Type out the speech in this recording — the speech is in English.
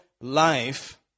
life